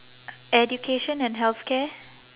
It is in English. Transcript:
education and healthcare